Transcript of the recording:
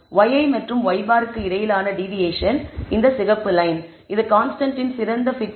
yi மற்றும் y̅ க்கு இடையிலான டிவியேஷன் இந்த சிவப்பு லயன் இது கான்ஸ்டன்ட்டின் சிறந்த fit ஆகும்